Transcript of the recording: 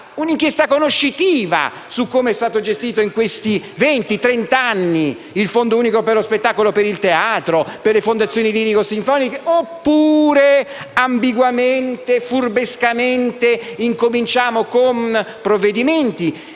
un'inchiesta conoscitiva su come è stato gestito in questi venti-trent'anni il Fondo unico per lo spettacolo e per il teatro, per le fondazioni lirico-sinfoniche oppure, ambiguamente e furbescamente, cominciamo con alcuni provvedimenti,